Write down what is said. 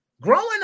growing